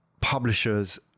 publishers